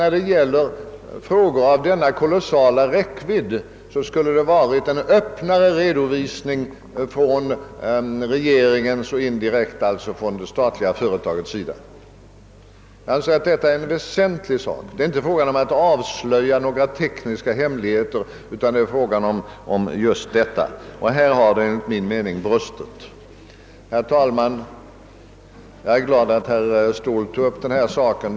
När det gäller frågor av denna kolossala räckvidd borde det ha varit en öppnare redovisning från regeringen och alltså även från det statliga företagets sida. Det är en väsentlig sak. Det är inte fråga om att avslöja några tekniska hemligheter, utan det gäller just en allmän redovisning som <jag har talat om. Här har det enligt min mening brustit. Jag är glad att herr Ståhl tog upp den här saken.